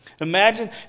Imagine